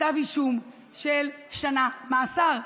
לכתב אישום של שנה מאסר.